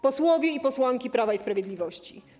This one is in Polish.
Posłowie i Posłanki Prawa i Sprawiedliwości!